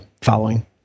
following